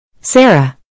Sarah